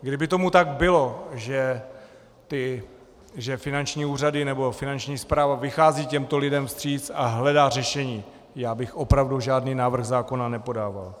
Kdyby tomu tak bylo, že finanční úřady nebo Finanční správa vychází těmto lidem vstříc a hledá řešení, já bych opravdu žádný návrh zákona nepodával.